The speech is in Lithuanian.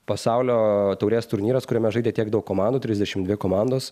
pasaulio taurės turnyras kuriame žaidė tiek daug komandų trisdešimt dvi komandos